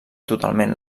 totalment